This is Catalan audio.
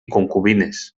concubines